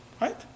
right